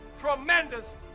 tremendous